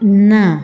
ના